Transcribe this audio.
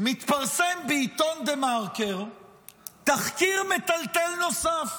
מתפרסם בעיתון דה-מרקר תחקיר מטלטל נוסף.